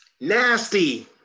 Nasty